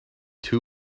two